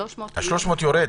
ה-300 יורד,